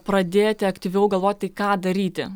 pradėti aktyviau galvoti ką daryti